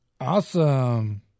Awesome